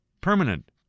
permanent